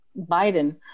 biden